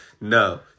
No